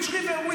which river?